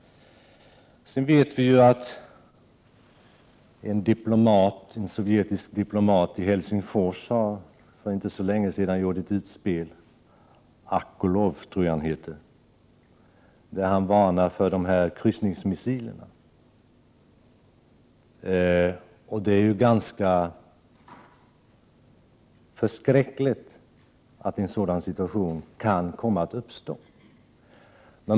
Sedan vet vi ju att en sovjetisk dipolomat i Helsingfors, Akolov, för inte så länge sedan gjorde ett utspel och varnade för kryssningsmissilerna. Det är ganska förskräckligt att en sådan situation som Akolov antydde kan komma att uppstå.